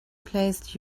placed